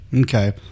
Okay